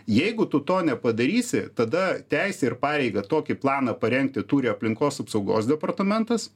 jeigu tu to nepadarysi tada teisę ir pareigą tokį planą parengti turi aplinkos apsaugos departamentas